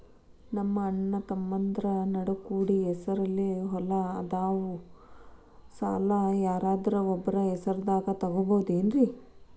ನಮ್ಮಅಣ್ಣತಮ್ಮಂದ್ರ ನಡು ಕೂಡಿ ಹೆಸರಲೆ ಹೊಲಾ ಅದಾವು, ಸಾಲ ಯಾರ್ದರ ಒಬ್ಬರ ಹೆಸರದಾಗ ತಗೋಬೋದೇನ್ರಿ?